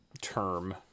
term